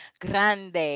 Grande